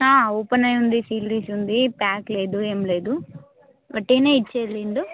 open అయి ఉంది seal తీసి ఉంది ప్యాక్ లేదు ఏమి లేదు ఒట్టిగానే ఇచ్చేది వీళ్ళు